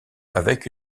avec